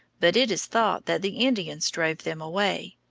but it is thought that the indians drove them away.